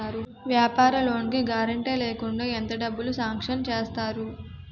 వ్యాపార లోన్ కి గారంటే లేకుండా ఎంత డబ్బులు సాంక్షన్ చేస్తారు?